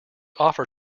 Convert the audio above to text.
offer